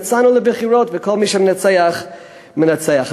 יצאנו לבחירות, וכל מי שמנצח מנצח.